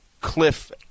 Cliff